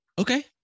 Okay